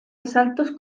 asaltos